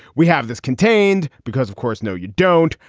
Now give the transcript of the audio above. we have this contained because of course. no, you don't.